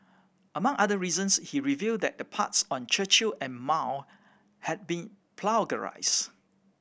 among other reasons he revealed that the parts on Churchill and Mao had been plagiarised